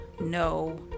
no